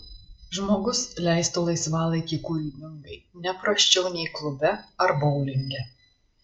žmogus leistų laisvalaikį kūrybingai ne prasčiau nei klube ar boulinge